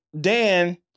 Dan